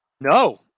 No